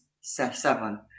seven